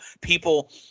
people